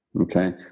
Okay